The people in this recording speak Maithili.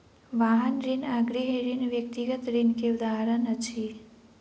वाहन ऋण आ गृह ऋण व्यक्तिगत ऋण के उदाहरण अछि